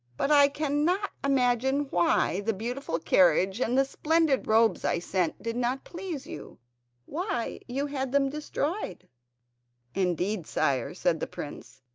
but i cannot imagine why the beautiful carriage and the splendid robes i sent did not please you why you had them destroyed indeed, sire said the prince,